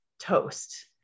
toast